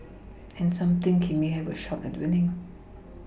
and some think he may have a shot at winning